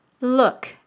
Look